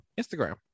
Instagram